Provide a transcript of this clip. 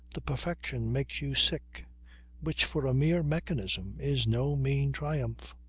the perfection makes you sick which for a mere mechanism is no mean triumph.